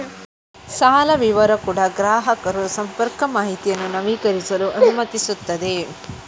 ಸಾಲ ವಿವರ ಕೂಡಾ ಗ್ರಾಹಕರು ಸಂಪರ್ಕ ಮಾಹಿತಿಯನ್ನು ನವೀಕರಿಸಲು ಅನುಮತಿಸುತ್ತದೆ